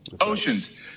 Oceans